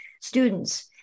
students